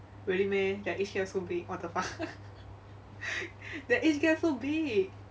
really meh their age gap so big what the fuck their age gap so big